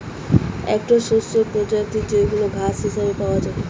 একটো শস্যের প্রজাতি যেইগুলা ঘাস হিসেবে পাওয়া যায়